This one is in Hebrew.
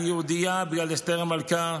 אני יהודייה בגלל מלכת אסתר,